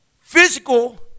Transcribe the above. Physical